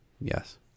Yes